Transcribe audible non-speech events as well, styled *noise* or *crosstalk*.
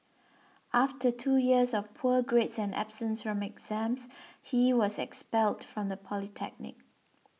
after two years of poor grades and absence *unintelligible* exams he was expelled from the polytechnic